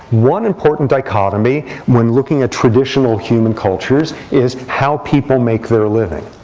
one important dichotomy when looking at traditional human cultures is how people make their living.